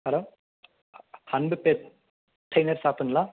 hello Anbu pet trainer ஷாப்புங்களா